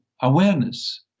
awareness